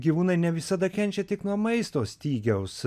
gyvūnai ne visada kenčia tik nuo maisto stygiaus